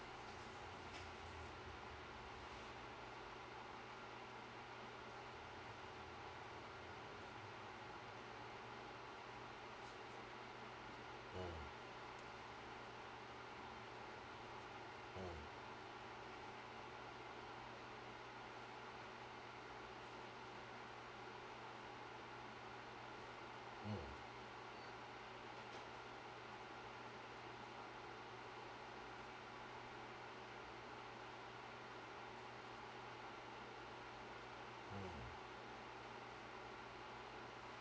mm mm mm mm